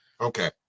okay